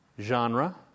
genre